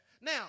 Now